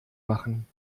machen